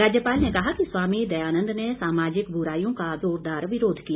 राज्यपाल ने कहा कि स्वामी दयानन्द ने सामाजिक ब्राईयों का जोरदार विरोध किया